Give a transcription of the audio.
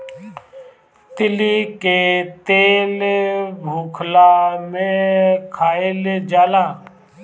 तीली के तेल भुखला में खाइल जाला